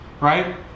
Right